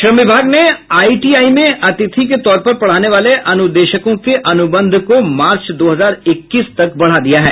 श्रम विभाग ने आईटीआई में अतिथि के तौर पर पढ़ाने वाले अनुदेशकों के अनबंध को मार्च दो हजार इक्कीस तक बढ़ा दिया है